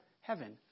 heaven